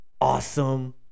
awesome